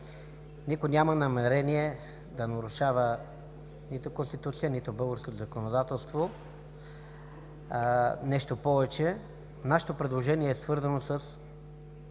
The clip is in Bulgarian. Никой няма намерение да нарушава нито Конституцията, нито българското законодателство. Нещо повече, нашето предложение е свързано с